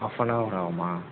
of an hour ஆகுமா